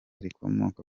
rikomoka